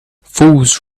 fools